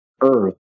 Earth